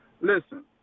listen